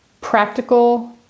practical